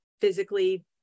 physically